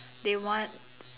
they want